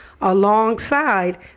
alongside